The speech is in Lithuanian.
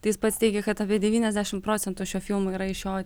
tai jis pats teigia kad apie devyniasdešimt procentų šio filmo yra iš jo